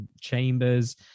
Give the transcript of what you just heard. chambers